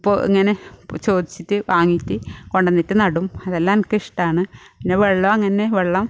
ഇപ്പോൾ ഇങ്ങനെ ചോദിച്ചിട്ട് വാങ്ങിയിട്ട് കൊണ്ടുവന്നിട്ട് നടും അതെല്ലാം എനിക്ക് ഇഷ്ടമാണ് പിന്നെ വെള്ളം അങ്ങനെ തന്നെ വെള്ളം